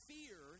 Fear